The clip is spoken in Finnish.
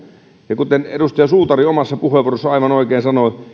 ja kuten edustaja suutari omassa puheenvuorossaan aivan oikein sanoi